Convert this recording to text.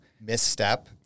misstep